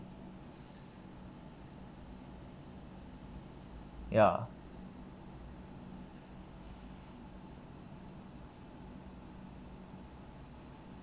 ya